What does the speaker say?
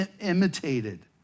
imitated